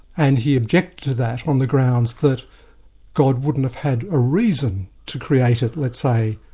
and he objected to that on the grounds that god wouldn't have had a reason to create it, let's say,